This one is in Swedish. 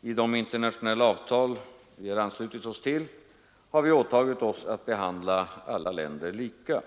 I de internationella avtal vi anslutit oss till har vi åtagit oss att behandla alla länder lika.